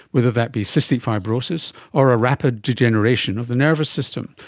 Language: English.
whether that be cystic fibrosis or a rapid degeneration of the nervous system,